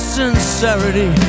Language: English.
sincerity